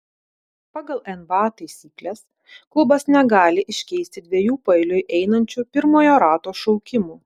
pagal nba taisykles klubas negali iškeisti dviejų paeiliui einančių pirmojo rato šaukimų